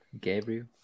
Gabriel